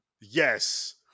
yes